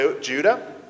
Judah